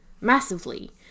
massively